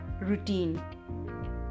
routine